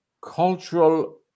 cultural